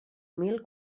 mil